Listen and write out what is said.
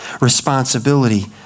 responsibility